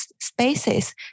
spaces